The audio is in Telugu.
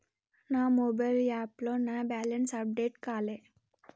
నా మొబైల్ యాప్లో నా బ్యాలెన్స్ అప్డేట్ కాలే